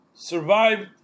Survived